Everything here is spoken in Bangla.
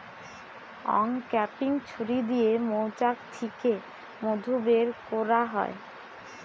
অংক্যাপিং ছুরি দিয়ে মৌচাক থিকে মধু বের কোরা হয়